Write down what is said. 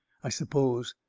i suppose.